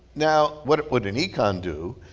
now, what would an econ do?